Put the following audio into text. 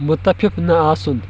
مُتفِف نہ آسُن